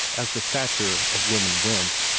as the stature of women went.